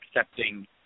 accepting